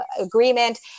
agreement